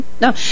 No